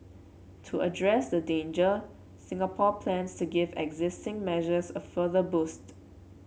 to address the danger Singapore plans to give existing measures a further boost